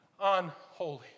unholy